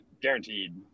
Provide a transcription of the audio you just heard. guaranteed